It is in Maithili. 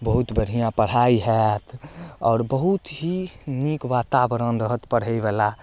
बहुत बढ़िआँ पढ़ाइ हैत आओर बहुत ही नीक वातावरण रहत पढ़ैवला